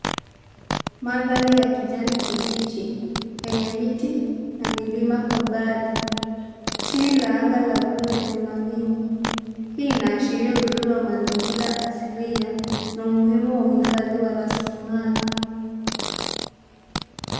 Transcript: Mandhari ya kijani kibichi yenye miti na milima kwa mbali. Chini ya anga ya buluu yenye mawingu, hii inashiria uzuri wa mazingiria ya asilia na umuhimu wa uhifadhi wa rasilimali.